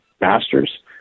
masters